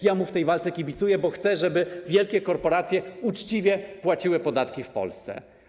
Ja mu w tej walce kibicuję, bo chcę, żeby wielkie korporacje uczciwie płaciły podatki w Polsce.